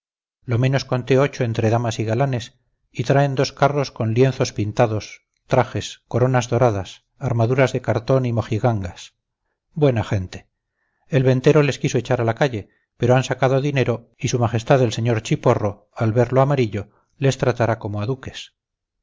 lo menos conté ocho entre damas y galanes y traen dos carros con lienzos pintados trajes coronas doradas armaduras de cartón y mojigangas buena gente el ventero les quiso echar a la calle pero han sacado dinero y su majestad el sr chiporro al ver lo amarillo les tratará como a duques